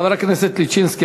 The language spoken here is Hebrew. חבר הכנסת ליטינצקי,